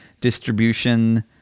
distribution